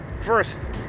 First